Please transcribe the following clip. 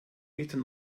meter